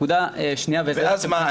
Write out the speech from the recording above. ואז מה?